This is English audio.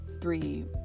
three